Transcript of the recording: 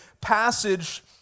passage